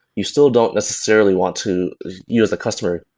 you still don't necessarily want to you as the customer,